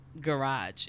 garage